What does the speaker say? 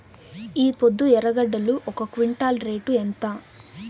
ఈపొద్దు ఎర్రగడ్డలు ఒక క్వింటాలు రేటు ఎంత?